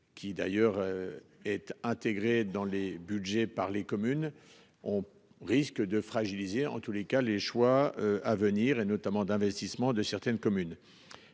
qui d'ailleurs. Est intégré dans les Budgets par les communes, on risque de fragiliser en tous les cas, les choix à venir et notamment d'investissements de certaines communes.